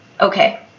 Okay